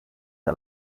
are